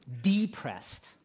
depressed